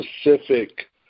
specific